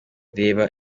reba